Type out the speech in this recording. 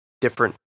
different